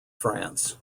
france